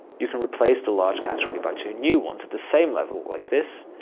you can replace the large category by two new ones at the same level, like this.